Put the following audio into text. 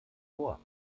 vor